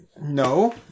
No